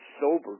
sober